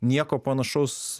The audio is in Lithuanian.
nieko panašaus